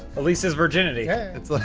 elyse's virginity. heyyy. that's like